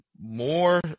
more